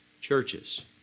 churches